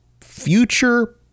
future